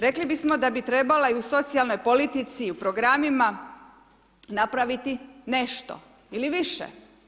Rekli bismo da bi trebala i u socijalnoj politici i u programima napraviti nešto ili više.